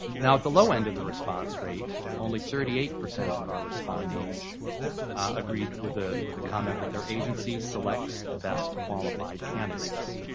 now, at the low end of the response rate only thirty eight percent of our respondees agreed with ah with the comment that their agency selects the best qualified candidates.